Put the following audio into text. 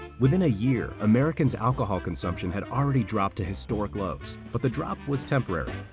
within a year, americans' alcohol consumption had already dropped to historic lows, but the drop was temporary.